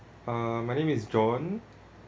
uh my name is john